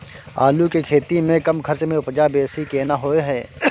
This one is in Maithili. आलू के खेती में कम खर्च में उपजा बेसी केना होय है?